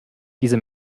diese